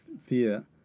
fear